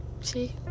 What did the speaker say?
see